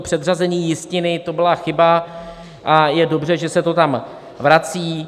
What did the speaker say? Předřazení jistiny byla chyba a je dobře, že se to tam vrací.